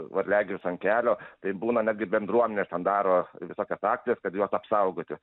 varliagyvius ant kelio tai būna netgi bendruomenės ten daro visokias akcijas kad juos apsaugoti